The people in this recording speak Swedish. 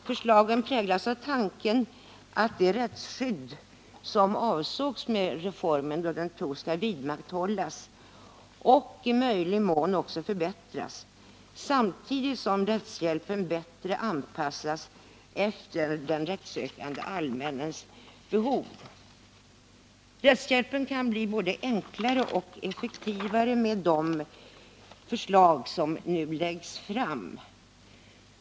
Förslagen präglas av tanken att det rättsskydd som avsågs med reformen när den beslöts skall vidmakthållas och i möjlig mån också förbättras, samtidigt som rättshjälpen bättre anpassas efter den rättssökande allmänhetens behov. Rättshjälpen kan bli både enklare och effektivare med de förslag som nu läggs fram.